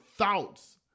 thoughts